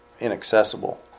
inaccessible